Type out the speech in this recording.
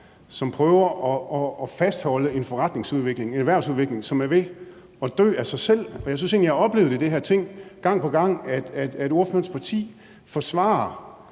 som prøver at fastholde en forretningsudvikling, en erhvervsudvikling, som er ved at dø af sig selv, og jeg synes egentlig, at jeg gang på gang har oplevet det i det her Ting, at ordførerens parti forsvarer